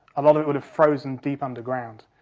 a lot of it would have frozen deep underground.